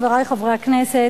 חברי חברי הכנסת,